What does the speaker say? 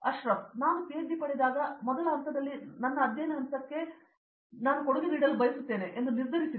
ಅಶ್ರಫ್ ನಾನು ಪಿಎಚ್ಡಿ ಪಡೆದಾಗ ಮೊದಲ ಹಂತದಲ್ಲಿ ನನ್ನ ಅಧ್ಯಯನ ಹಂತಕ್ಕೆ ನಾನು ಕೊಡುಗೆ ನೀಡಲು ಬಯಸುತ್ತೇನೆ ಎಂದು ನಿರ್ಧರಿಸಿದೆ